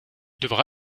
devra